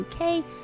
UK